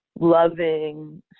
loving